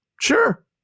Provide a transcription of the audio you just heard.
Sure